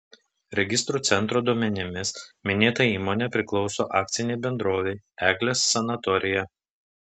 registrų centro duomenimis minėta įmonė priklauso akcinei bendrovei eglės sanatorija